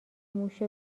موش